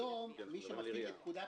היום מי שמפעיל את פקודת